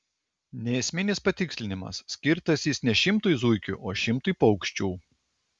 neesminis patikslinimas skirtas jis ne šimtui zuikių o šimtui paukščių